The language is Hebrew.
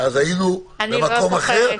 היינו במקום אחר.